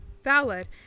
valid